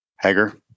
Hager